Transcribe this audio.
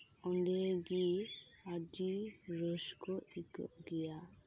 ᱚᱸᱰᱮᱜᱮ ᱟᱹᱰᱤ ᱨᱟᱹᱥᱠᱟᱹ ᱟᱹᱭᱠᱟᱹᱜ ᱜᱮᱭᱟ